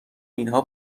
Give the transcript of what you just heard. اینها